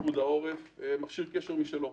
פיקוד העורף יש מכשיר קשר משלו.